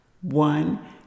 One